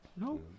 No